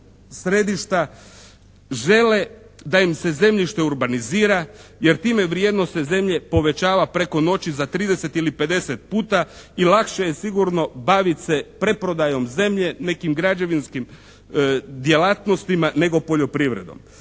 središta žele da im se zemljište urbanizira jer time vrijednost se zemlje povećava preko noći za 30 ili 50 puta i lakše je sigurno baviti se preprodajom zemlje, nekim građevinskim djelatnostima nego poljoprivredom.